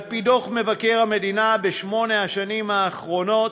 על-פי דוח מבקר המדינה, בשמונה השנים האחרונות